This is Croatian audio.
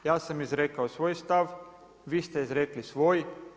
Ja sam izrekao svoj stav, vi ste izrekli svoj.